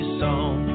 song